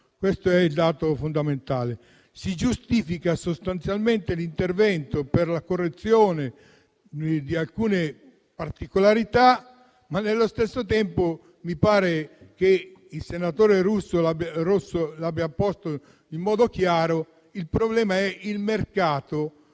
Questo è il dato fondamentale. Si giustifica sostanzialmente l'intervento per la correzione di alcune particolarità, ma allo stesso tempo - mi pare che il senatore Rosso l'abbia posto in modo chiaro - il problema è il mercato